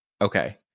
Okay